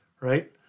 right